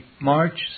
March